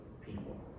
people